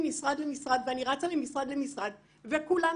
מעבירים ממשרד למשרד ואני רצה ממשרד למשרד וכולם